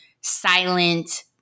silent